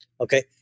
Okay